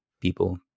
people